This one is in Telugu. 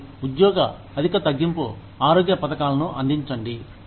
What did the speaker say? మరియు ఉద్యోగ అధిక తగ్గింపు ఆరోగ్య పథకాలను అందించండి